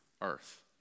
earth